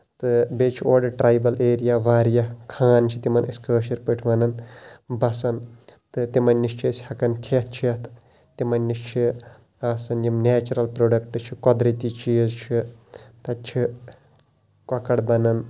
تہٕ بیٚیہِ چھُ اور ٹریبَل ایریا واریاہ خان چھِ تِمن أسۍ کٲشِر پٲٹھۍ وَنان بَسان تہٕ تِمن نِش چھِ ہیٚکان أسۍ کھیٚتھ چیٚتھ تِمن نِش چھِ آسان یِم نیچُرَل پروڈَکٹٕس چھِ قۄدرٔتی چیٖز چھِ تَتہِ چھِ کۄکر بَنان